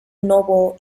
noble